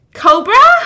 cobra